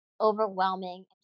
overwhelming